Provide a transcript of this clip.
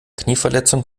knieverletzung